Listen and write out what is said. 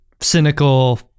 cynical